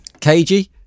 KG